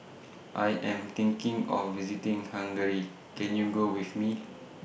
I Am thinking of visiting Hungary Can YOU Go with Me